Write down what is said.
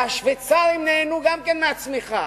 והשוויצרים נהנו גם כן מהצמיחה,